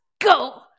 go